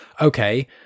okay